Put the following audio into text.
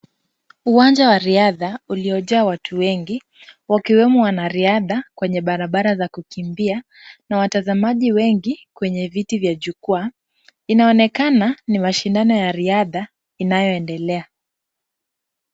Uwanja wa riadha uliojaa watu wengi, wakiwemo wanariadha kwenye barabara za kukimbia na watazamaji wengi kwenye viti vya jukwaa. Inaonekana ni mashindano ya riadha inayoendelea.